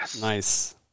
Nice